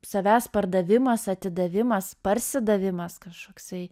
savęs pardavimas atidavimas parsidavimas kažkoksai